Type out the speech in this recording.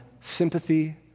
sympathy